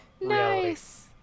nice